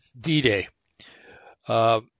D-Day